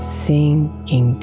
sinking